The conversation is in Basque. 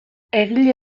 egile